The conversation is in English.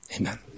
Amen